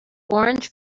orange